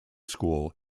school